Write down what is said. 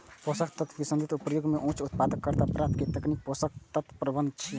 पोषक तत्व के संतुलित प्रयोग सं उच्च उत्पादकता प्राप्त करै के तकनीक पोषक तत्व प्रबंधन छियै